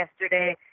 yesterday